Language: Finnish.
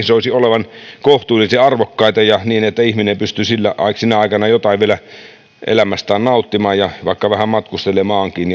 soisi olevan kohtuullisen arvokkaita niin että ihminen pystyy sinä aikana vielä elämästään nauttimaan ja vaikka vähän matkustelemaankin